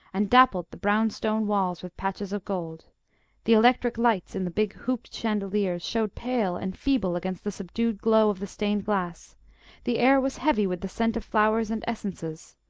and dappled the brown stone walls with patches of gold the electric lights in the big hooped chandeliers showed pale and feeble against the subdued glow of the stained glass the air was heavy with the scent of flowers and essences.